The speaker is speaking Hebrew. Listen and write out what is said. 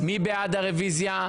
מי בעד הרוויזיה?